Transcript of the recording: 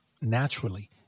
naturally